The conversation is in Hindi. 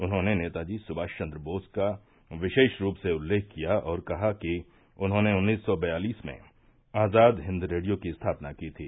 उन्होंने नेताजी सुभाषचन्द्र बोस का विशेष रूप से उल्लेख किया और कहा कि उन्होंने उन्नीस सौ बयालिस में आजाद हिंद रेडियो की स्थापना की थी